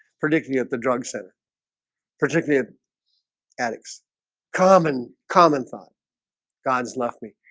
predicting at the drug center particular addicts common common thought god's left me.